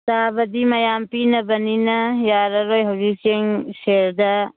ꯇꯥꯕꯗꯤ ꯃꯌꯥꯝ ꯄꯤꯅꯕꯅꯤꯅ ꯌꯥꯔꯔꯣꯏ ꯍꯧꯖꯤꯛ ꯆꯦꯡ ꯁꯦꯔꯗ